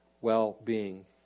well-being